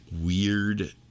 weird